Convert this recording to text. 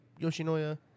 Yoshinoya